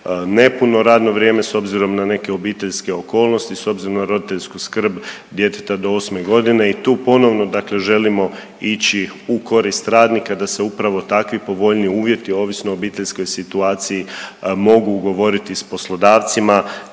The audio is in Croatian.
nepuno radno vrijeme s obzirom na neke obiteljske okolnosti, s obzirom na roditeljsku skrb djeteta do 8.g. i tu ponovno dakle želimo ići u korist radnika da se upravo takvi povoljniji uvjeti ovisno o obiteljskoj situaciji mogu ugovoriti s poslodavcima